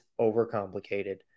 overcomplicated